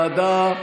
כנוסח הוועדה,